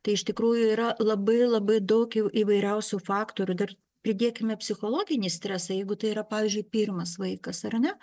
tai iš tikrųjų yra labai labai daug įvairiausių faktorių dar pridėkime psichologinį stresą jeigu tai yra pavyzdžiui pirmas vaikas ar ne